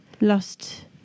lost